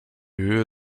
höhe